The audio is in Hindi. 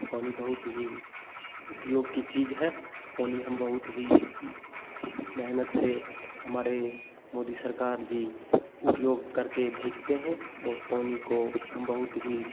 पानी बहुत ही उपयोग की चीज है पानी हम बहुत ही मेहनत से हमारे मोदी सरकार जी उपयोग करके भेजते हैं और पानी को हम बहुत ही